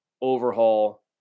overhaul